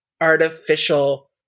artificial